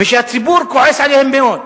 והציבור כועס עליהם מאוד.